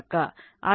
ಆದ್ದರಿಂದ ಇದು 4